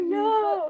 no